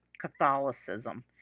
Catholicism